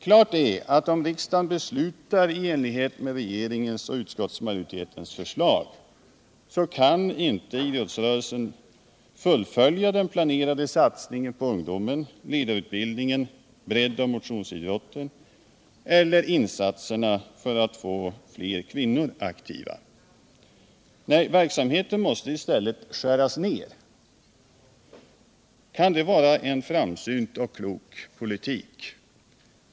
Klart är att om riksdagen beslutar i enlighet med regeringens och utskottsmajoritetens förslag, så kan inte idrottsrörelsen vare sig fullfölja den planerade satsningen på ungdomen, ledarutbildningen, breddoch motionsidrotten eller insatserna för att få fler kvinnor aktiva. Nej, verksamheten måste i stället skäras ner. Är det verkligen en framsynt och klok politik?